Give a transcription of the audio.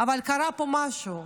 אבל קרה פה משהו,